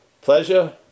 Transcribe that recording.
pleasure